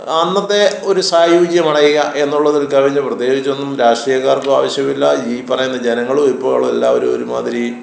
അന്നത്തെ ഒരു സായൂജ്യമണയുക എന്നുള്ളതിൽ കവിഞ്ഞ് പ്രത്യേകിച്ചൊന്നും രാഷ്ട്രീയക്കാർക്ക് ആവശ്യമില്ല ഈ പറയുന്ന ജനങ്ങളും ഇപ്പോൾ ഉള്ള എല്ലാവരും ഒരു മാതിരി